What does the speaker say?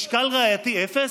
משקל ראייתי אפס?